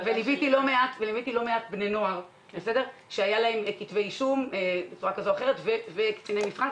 וליוויתי לא מעט בני נוער עם כתבי אישום וקציני מבחן,